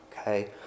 Okay